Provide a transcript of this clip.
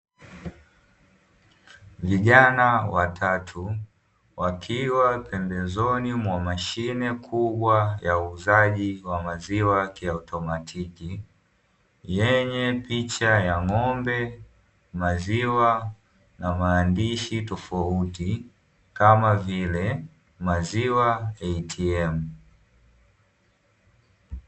Vijana watatu wakiwa pembezoni mwa mashine kubwa ya uuzaji wa maziwa ya kiautomatiki yenye picha ya ng'ombe, maziwa na maandishi tofauti kama vile "maziwa atm".